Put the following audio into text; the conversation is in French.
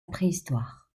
préhistoire